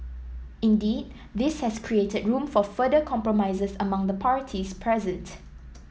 indeed this has created room for further compromises among the parties present